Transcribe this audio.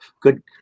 good